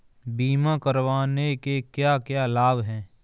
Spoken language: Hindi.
बीमा करवाने के क्या क्या लाभ हैं?